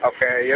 Okay